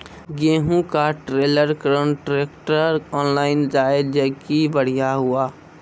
गेहूँ का trailer contractor online जाए जैकी बढ़िया हुआ